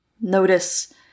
Notice